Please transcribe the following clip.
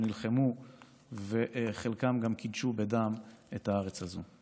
שנלחמו וחלקם גם קידשו בדם את הארץ הזו.